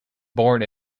born